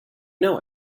know